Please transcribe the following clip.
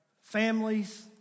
families